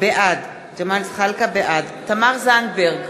בעד תמר זנדברג,